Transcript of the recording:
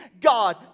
God